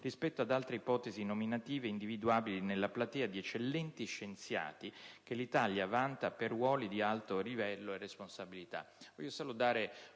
rispetto ad altre ipotesi nominative individuabili nella platea di eccellenti scienziati che l'Italia vanta per ruoli di alto livello e responsabilità.